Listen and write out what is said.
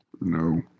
No